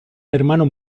hermano